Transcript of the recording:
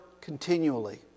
continually